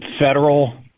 federal